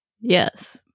Yes